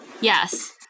Yes